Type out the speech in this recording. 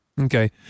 Okay